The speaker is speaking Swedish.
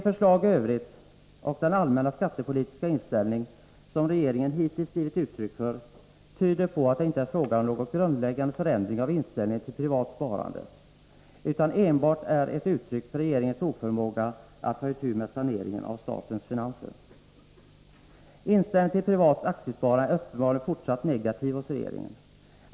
Förslagen i övrigt och den allmänna skattepolitiska inställning som regeringen hittills givit uttryck för tyder på att det inte är fråga om någon grundläggande förändring av inställningen till privat sparande, utan enbart om ett uttryck för regeringens oförmåga att ta itu med saneringen av statens finanser. Inställningen till privat aktiesparande är uppenbarligen fortsatt negativ hos regeringen.